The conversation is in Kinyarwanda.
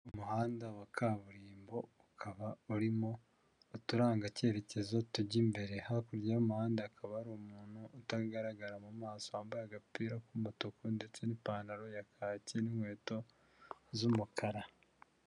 Umuhanda wa kaburimbo ukaba urimo uturangacyerekezo tujya imbere, hakurya y'umuhanda hakaba ari umuntu utagaragara mu maso wambaye agapira k'umutuku, ndetse n'ipantaro ya kaki n'inkweto z'umukara.